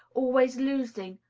always losing,